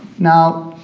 now,